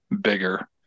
bigger